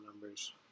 numbers